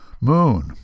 moon